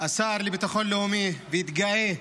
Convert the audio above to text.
השר לביטחון לאומי והתגאה